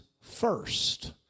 first